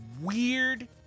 weird